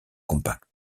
compacts